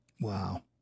Wow